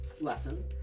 lesson